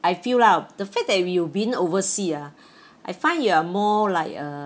I feel lah the fact that you been overseas ah I find you are more like a